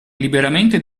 liberamente